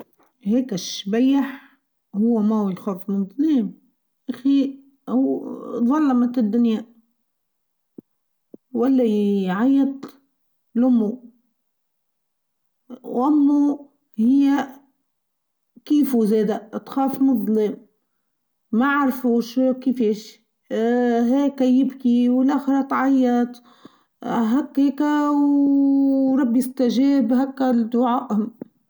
هيك الشبيح هو ما يخاف من الضلام ياخي ضلمت الدنيا ولا يعيط لأمه و أمه هى كيفو زاده تخاف من الظلام ماعرفوش كيفاش هاكا يبكي و الأخره تعيط هاكيكه و ربي إستجاب هاكا لدعائهم.